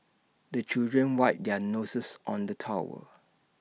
the children wipe their noses on the towel